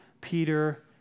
Peter